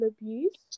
abuse